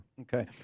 Okay